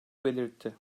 belirtti